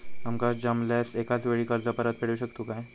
आमका जमल्यास एकाच वेळी कर्ज परत फेडू शकतू काय?